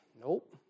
Nope